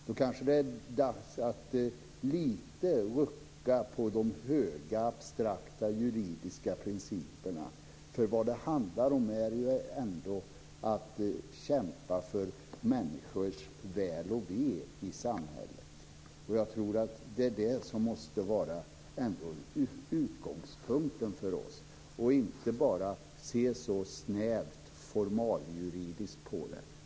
Då kanske det är dags att rucka lite på de höga abstrakta juridiska principerna. Vad det handlar om är ändå att kämpa för människors väl och ve i samhället. Jag tror att det är det som måste vara utgångspunkten för oss. Vi kan inte bara se snävt formaliejuridiskt på det.